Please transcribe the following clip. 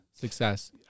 success